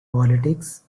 politics